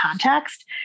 context